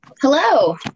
Hello